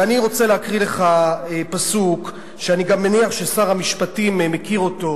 ואני רוצה להקריא לך פסוק שאני גם מניח ששר המשפטים מכיר אותו.